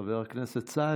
חבר הכנסת סעדי.